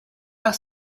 are